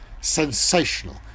sensational